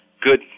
good